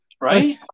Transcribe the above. right